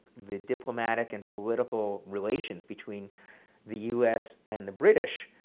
the diplomatic and political relations between the us and the british.